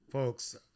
Folks